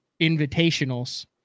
Invitational's